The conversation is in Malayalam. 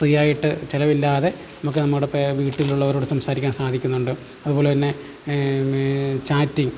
ഫ്രീയായിട്ട് ചിലവില്ലാതെ നമുക്ക് നമ്മുടെ വീട്ടിലുള്ളവരോട് സംസാരിക്കാൻ സാധിക്കുന്നുണ്ട് അതുപോലെ തന്നെ ചാറ്റിങ്ങ്